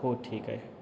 हो ठीक आहे